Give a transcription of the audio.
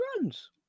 runs